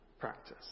practice